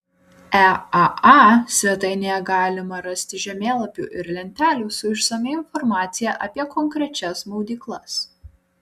eaa svetainėje galima rasti žemėlapių ir lentelių su išsamia informacija apie konkrečias maudyklas